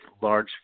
large